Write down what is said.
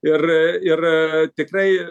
ir ir tikrai